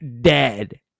dead